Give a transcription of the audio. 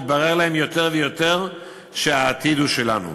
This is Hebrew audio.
מתברר להם יותר ויותר שהעתיד הוא שלנו.